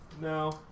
no